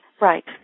Right